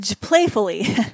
playfully